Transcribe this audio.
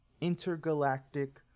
intergalactic